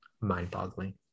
mind-boggling